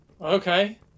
Okay